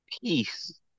Peace